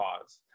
cause